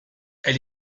elle